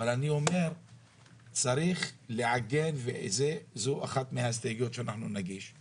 אבל אחת מההסתייגויות שנגיש היא